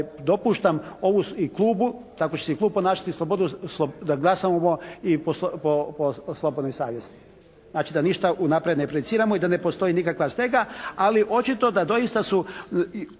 dopuštam ovu, i Klubu, tako će se i Klub ponašati slobodu, da glasamo i po slobodnoj savjesti. Znači da ništa unaprijed ne projiciramo i da ne postoji nikakva stega ali očito da doista su,